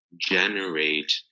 generate